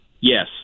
Yes